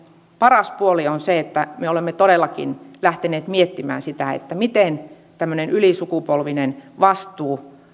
paras puoli on se että me olemme todellakin lähteneet miettimään sitä miten tämmöinen ylisukupolvinen vastuu